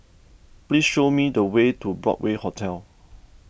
please show me the way to Broadway Hotel